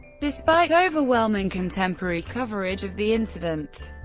despite overwhelming contemporary coverage of the incident.